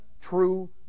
true